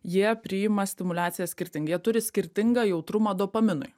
jie priima stimuliaciją skirtingai jie turi skirtingą jautrumą dopaminui